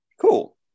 Cool